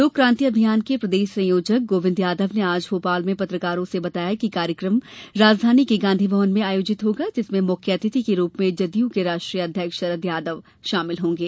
लोक क्रांति अभियान के प्रदेश संयोजक गोविंद यादव ने आज भोपाल में पत्रकारों से बताया कि कार्यक्रम राजधानी के गांधी भवन में आयोजित होगा जिसमें मुख्य अतिथि के रुप में जदयू के राष्ट्रीय अध्यक्ष शरद यादव उपस्थित रहेंगे